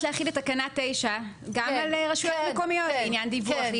להחיל את תקנה 9 גם על רשויות מקומיות בעניין דיווח,